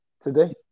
today